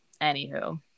anywho